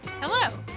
hello